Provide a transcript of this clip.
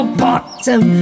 bottom